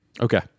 Okay